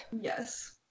Yes